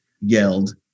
yelled